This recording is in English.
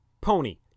pony